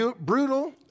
brutal